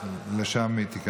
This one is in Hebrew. ולשם היא,